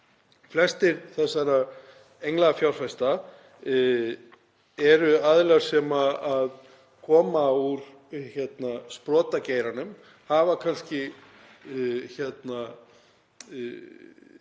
Flestir þessara englafjárfesta eru aðilar sem koma úr sprotageiranum, hafa kannski náð